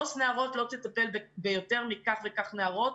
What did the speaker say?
עובדת סוציאלית נערות לא תטפל ביותר מכך וכך נערות.